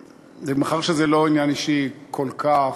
מאחר שזה לא עניין אישי כל כך,